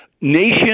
nation